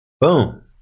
Boom